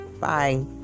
bye